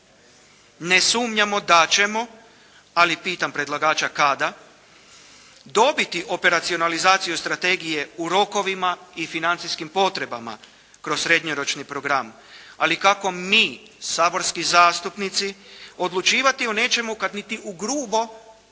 Ne sumnjamo da ćemo, ali pitam predlagača kada, dobiti operacionalizaciju strategije u rokovima i financijskim potrebama kroz srednjoročni program. Ali kako mi saborski zastupnici odlučivati o nečemu kada niti u grubo